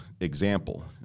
example